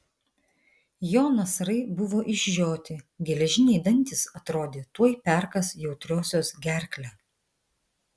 jo nasrai buvo išžioti geležiniai dantys atrodė tuoj perkąs jautriosios gerklę